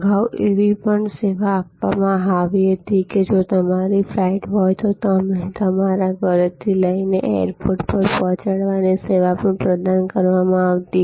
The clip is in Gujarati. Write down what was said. અગાઉ એવી પણ સેવા આપવામાં આવતી કે જો તમારી ફ્લાઇટ હોય તો તમને તમારા ઘરે થી લઈ ને એરપોર્ટ પર પોહચાડવાની સેવા પણ પ્રદાન કરવામાં આવતી